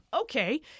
okay